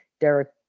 Derek